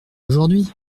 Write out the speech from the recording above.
aujourd’hui